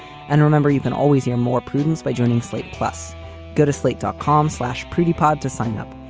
and remember, you can always hear more prudence by joining slate. plus go to slate, dot com slash pretty pod to sign up.